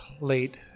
late